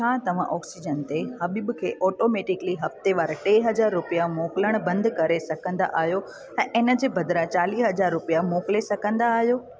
छा तव्हां ऑक्सीजन ते हबीब खे ऑटोमैटिकली हफ़्तेवारु टे हज़ार रुपिया मोकिलण बंदि करे सघंदा आहियो ऐं इजे बदिरां चालीह हज़ार रुपिया मोकिले सघंदा आहियो